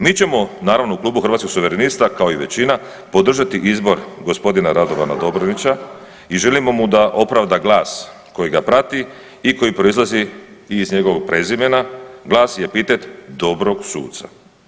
Mi ćemo naravno u Klubu Hrvatskih suverenista kao i većina podržati izbor gospodina Radovana Dobronića i želimo mu da opravda glas koji ga prati i koji proizlazi iz njegovog prezimena, glas i epitet dobrog suca.